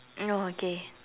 oh okay